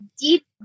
deep